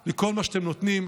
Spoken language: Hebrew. על כל מה שאתם נותנים,